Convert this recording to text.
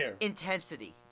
intensity